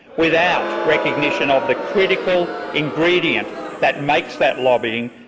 without recognition of the critical ingredient that makes that lobbying,